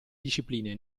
discipline